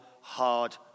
hard